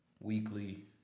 weekly